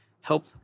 help